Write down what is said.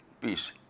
peace